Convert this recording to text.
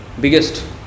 biggest